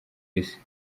isi